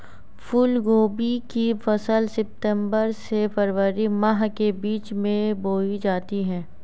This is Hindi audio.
फूलगोभी की फसल सितंबर से फरवरी माह के बीच में बोई जाती है